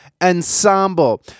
Ensemble